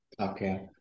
Okay